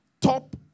top